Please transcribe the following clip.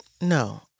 no